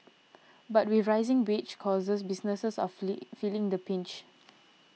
but with rising wage costs businesses are feeling the pinch